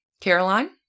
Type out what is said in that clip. Caroline